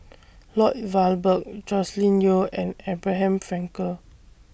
Lloyd Valberg Joscelin Yeo and Abraham Frankel